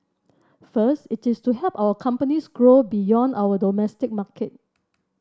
first it is to help our companies grow beyond our domestic market